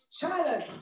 Challenge